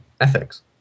ethics